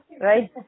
right